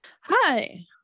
Hi